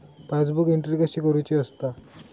Passbook entry कशी करुची असता?